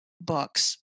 books